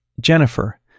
Jennifer